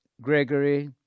Gregory